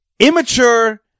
Immature